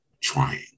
Trying